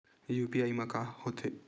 UPI मा का होथे?